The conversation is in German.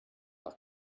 nach